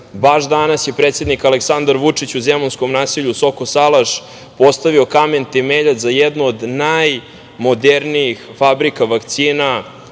baš danas je predsednik Aleksandar Vučić u zemunskom naselju Soko Salaš postavio kamen temeljac za jednu od najmodernijih fabrika vakcina